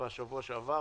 בשבוע שעבר,